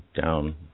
down